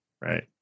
right